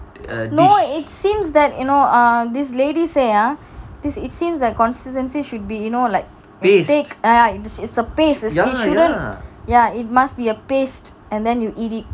no it seems that you know this lady say ah this it seems that consistency should be you know like the thick ah is a paste shouldn't ya it must be a paste and then you eat it